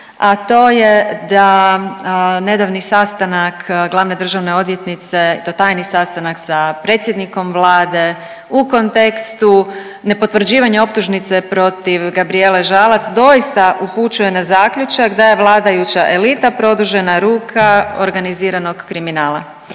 a to je da nedavni sastanak glavne državne odvjetnice i to tajni sastanak sa predsjednikom Vlade u kontekstu nepotvrđivanja optužnice protiv Gabrijele Žalac doista upućuje na zaključak da je vladajuća elita produžena ruka organiziranog kriminala.